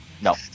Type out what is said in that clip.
No